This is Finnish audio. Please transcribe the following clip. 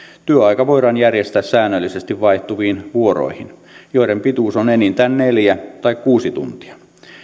työaika voidaan järjestää säännöllisesti vaihtuviin vuoroihin joiden pituus on enintään neljä tai kuusi tuntia